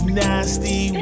nasty